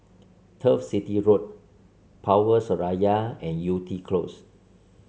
Turf City Road Power Seraya and Yew Tee Close